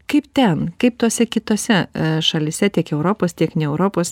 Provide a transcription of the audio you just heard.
kaip ten kaip tose kitose šalyse tiek europos tiek ne europos